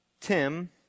Tim